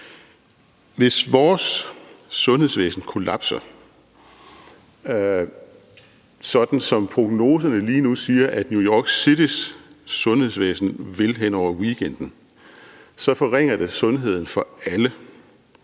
Hvis vores sundhedsvæsen kollapser, sådan som prognoserne lige nu siger at New York Citys sundhedsvæsen vil hen over weekenden, så forringer det sundheden for alle.